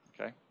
Okay